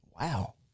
Wow